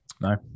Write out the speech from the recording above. No